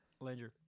Langer